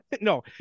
no